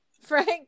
Frank